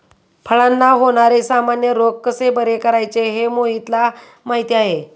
फळांला होणारे सामान्य रोग कसे बरे करायचे हे मोहितला माहीती आहे